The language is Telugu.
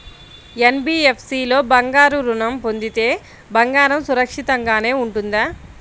ఎన్.బీ.ఎఫ్.సి లో బంగారు ఋణం పొందితే బంగారం సురక్షితంగానే ఉంటుందా?